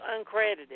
uncredited